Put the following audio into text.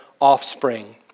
offspring